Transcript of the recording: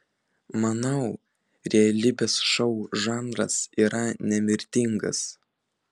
manau realybės šou žanras yra nemirtingas